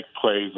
plays